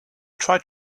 tried